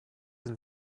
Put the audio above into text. and